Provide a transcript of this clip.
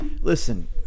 listen